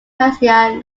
euthanasia